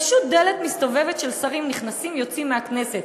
פשוט דלת מסתובבת של שרים שנכנסים ויוצאים מהכנסת.